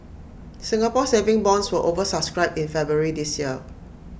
Singapore saving bonds were over subscribed in February this year